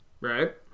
Right